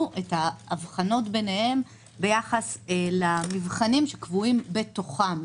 את ההבחנות ביניהם ביחס למבחנים שקבועים בתוכם.